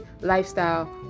lifestyle